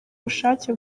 bushake